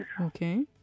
Okay